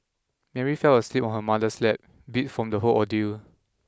Mary fell asleep on her mother's lap beat from the whole ordeal